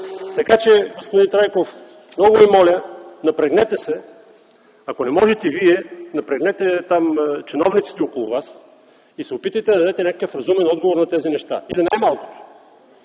Така че, господин Трайков, много Ви моля, напрегнете се! Ако не можете Вие, напрегнете чиновниците около Вас и се опитайте да дадете някакъв разумен отговор на тези неща или най-малкото